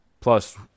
plus